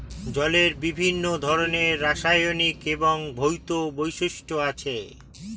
জলের বিভিন্ন ধরনের রাসায়নিক এবং ভৌত বৈশিষ্ট্য আছে